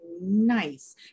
nice